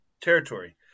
territory